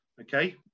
Okay